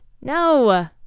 No